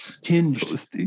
tinged